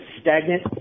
stagnant